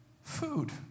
food